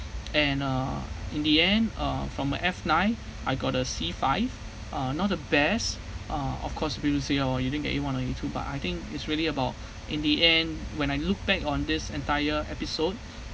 and uh in the end uh from my F nine I got a C five uh not the best uh of course previously I didn't even get a one or a two but I think it's really about in the end when I look back on this entire episode